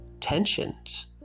tensions